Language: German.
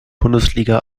bundesliga